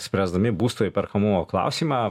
spręsdami būsto įperkamumo klausimą